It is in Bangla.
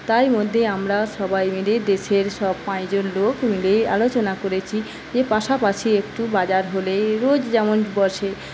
তাই মধ্যেই আমরা সবাই মিলে দেশের সব পাঁচজন লোক মিলে আলোচনা করেছি যে পাশাপাশি একটু বাজার হলে রোজ যেমন বসে